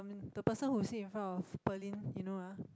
I mean the person who sit in front of Pearlyn you know ah